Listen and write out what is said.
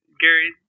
Gary